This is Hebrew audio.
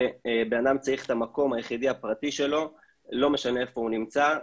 שאדם צריך את המקום היחיד הפרטי שלו לא משנה איפה הוא נמצא,